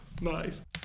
Nice